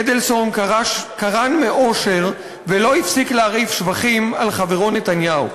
אדלסון קרן מאושר ולא הפסיק להרעיף שבחים על חברו" נתניהו.